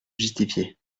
justifier